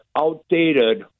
outdated